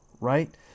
right